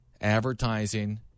advertising